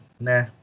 nah